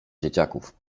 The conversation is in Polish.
dzieciaków